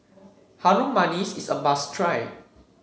Harum Manis is a must try